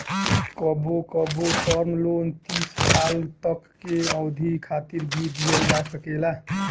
कबो कबो term loan तीस साल तक के अवधि खातिर भी दीहल जा सकेला